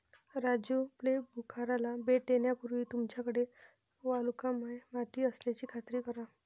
राजू प्लंबूखाराला भेट देण्यापूर्वी तुमच्याकडे वालुकामय माती असल्याची खात्री करा